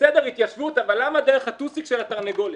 בסדר, התיישבות, אבל למה דרך הטוסיק של התרנגולת?